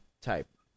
type